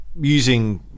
Using